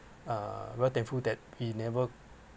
uh very thankful that we never